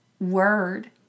word